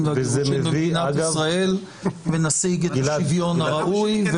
והגירושים במדינת ישראל ונשיג את השוויון הראוי,